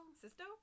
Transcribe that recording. Sisto